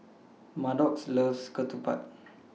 Maddox loves Ketupat